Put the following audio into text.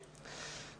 בקיצור,